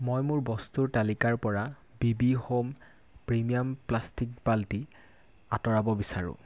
মই মোৰ বস্তুৰ তালিকাৰ পৰা বিবি হোম প্ৰিমিয়াম প্লাষ্টিক বাল্টি আঁতৰাব বিচাৰোঁ